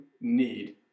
need